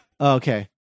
Okay